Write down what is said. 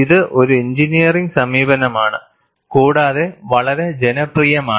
ഇത് ഒരു എഞ്ചിനീയറിംഗ് സമീപനമാണ് കൂടാതെ വളരെ ജനപ്രിയമാണ്